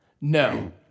No